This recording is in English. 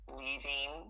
leaving